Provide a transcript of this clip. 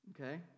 okay